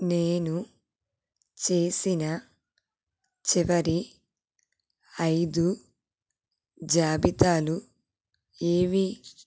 నేను చేసిన చివరి ఐదు జాబితాలు ఏవి